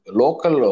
local